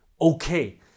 okay